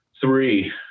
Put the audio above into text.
Three